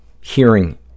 hearing